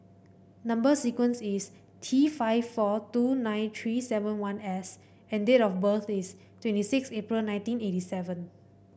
number sequence is T five four two nine three seven one S and date of birth is twenty six April nineteen eighty seven